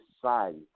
society